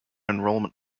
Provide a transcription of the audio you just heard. enrollment